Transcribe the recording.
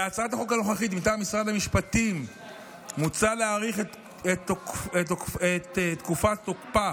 בהצעת החוק הנוכחית מטעם משרד המשפטים מוצע להאריך את תקופת תוקפה